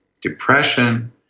depression